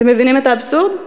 אתם מבינים את האבסורד?